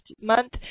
month